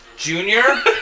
Junior